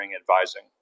advising